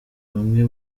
bamwe